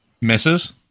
Misses